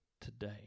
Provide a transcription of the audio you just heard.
today